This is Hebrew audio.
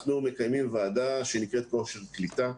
אנחנו מקיימים ועדה שנקראת "כושר קליטה".